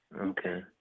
okay